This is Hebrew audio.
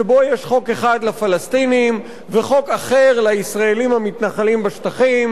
שבו יש חוק אחד לפלסטינים וחוק אחר לישראלים המתנחלים בשטחים,